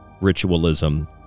ritualism